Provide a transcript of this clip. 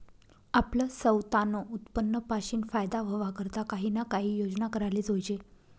आपलं सवतानं उत्पन्न पाशीन फायदा व्हवा करता काही ना काही योजना कराले जोयजे